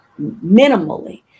minimally